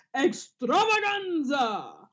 extravaganza